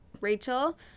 Rachel